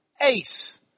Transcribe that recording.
Ace